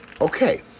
Okay